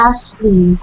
Ashley